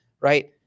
Right